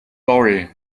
worry